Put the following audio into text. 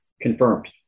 confirmed